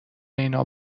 اینها